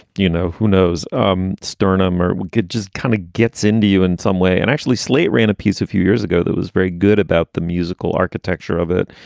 you know, who knows. um sternum or we get just kind of gets into you in some way. and actually, slate ran a piece a few years ago that was very good about the musical architecture of it,